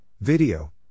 Video